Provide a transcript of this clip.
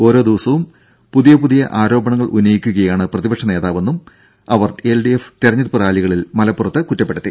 ഓരോ ദിവസവും പുതിയ പുതിയ ആരോപണങ്ങൾ ഉന്നയിക്കുകയാണ് പ്രതിപക്ഷ നേതാവെന്നും അവർ എൽഡിഎഫ് തെരഞ്ഞെടുപ്പ് റാലികളിൽ കുറ്റപ്പെടുത്തി